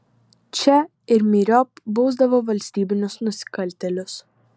čia ir myriop bausdavo valstybinius nusikaltėlius